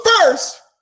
first